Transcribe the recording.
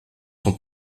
son